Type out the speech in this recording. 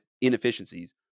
inefficiencies